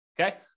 Okay